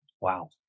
Wow